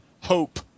hope